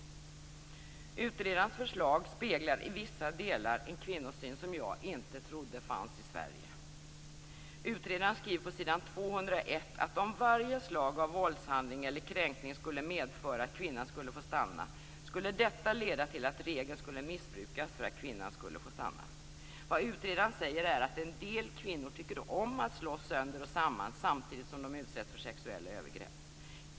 Utredarens förslag speglar i vissa delar en kvinnosyn som jag inte trodde fanns i Sverige. Utredaren skriver på s. 201 att om varje slag av våldshandling eller kränkning skulle medföra att kvinnan skulle få stanna skulle detta leda till att regeln skulle missbrukas för att kvinnan skulle få stanna. Vad utredaren säger är att en del kvinnor tycker om att slås sönder och samman samtidigt som de utsätts för sexuella övergrepp.